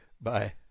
Bye